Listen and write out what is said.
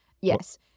Yes